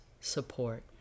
support